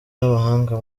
n’abahanga